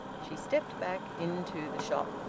she stepped back into the shop.